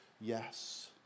Yes